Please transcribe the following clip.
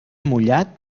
mullat